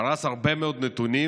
פרס הרבה מאוד נתונים.